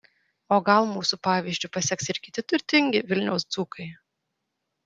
o gal mūsų pavyzdžiu paseks ir kiti turtingi vilniaus dzūkai